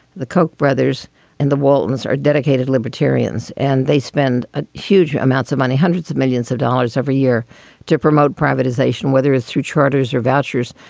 the coke brothers and the waltons are dedicated libertarians and they spend ah huge amounts of money, hundreds of millions of dollars every year to promote privatization, whether it's through charters or vouchers.